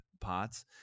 parts